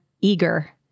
eager